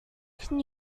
can